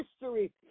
history